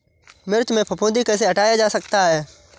मिर्च में फफूंदी कैसे हटाया जा सकता है?